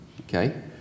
Okay